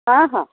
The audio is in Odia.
ହଁ ହଁ